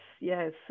yes